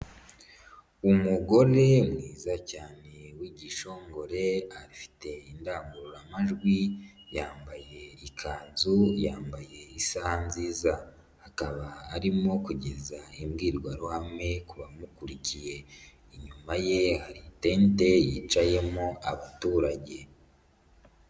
Umugore mwiza cyane w'igishongore afite indangururamajwi, yambaye ikanzu, yambaye isaha nziza, akaba arimo kugeza imbwirwaruhame ku bamukurikiye, inyuma ye hari itente yicayemo abaturage.